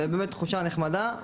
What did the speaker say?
ובאמת תחושה נחמדה,